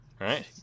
right